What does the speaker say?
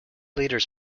leaders